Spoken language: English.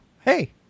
hey